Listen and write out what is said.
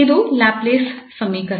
ಇದು ಲ್ಯಾಪ್ಲೇಸ್ ಸಮೀಕರಣ